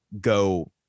go